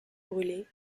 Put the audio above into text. brûler